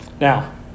Now